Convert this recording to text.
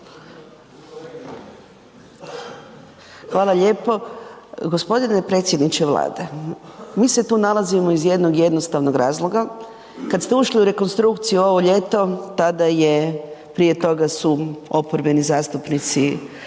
hvala lijepo. g. predsjedniče Vlade, mi se tu nalazimo iz jednog jednostavnog razloga, kad ste ušli u rekonstrukciju ovo ljeto tada je, prije toga su oporbeni zastupnici